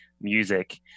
music